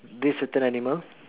this certain animal